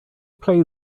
play